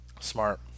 Smart